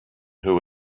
who